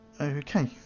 Okay